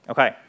Okay